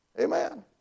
Amen